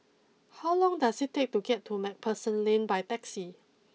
how long does it take to get to Macpherson Lane by taxi